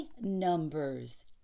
numbers